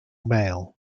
male